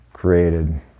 created